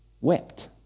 wept